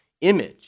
image